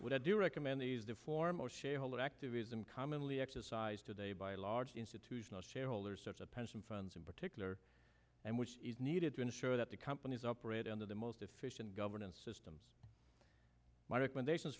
but i do recommend these the foremost shareholder activism commonly exercised today by a large institutional shareholders such a pension funds in particular and which is needed to ensure that the companies operate under the most efficient governance systems my recommendation